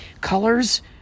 colors